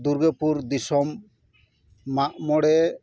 ᱫᱩᱨᱜᱟᱹᱯᱩᱨ ᱫᱤᱥᱚᱢ ᱢᱟᱜ ᱢᱚᱬᱮ